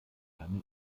keine